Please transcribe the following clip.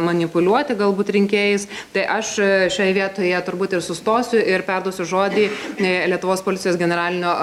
manipuliuoti galbūt rinkėjais tai aš šioje vietoje turbūt ir sustosiu ir perduosiu žodį lietuvos policijos generalinio